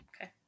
Okay